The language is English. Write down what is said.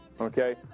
Okay